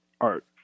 art